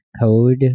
code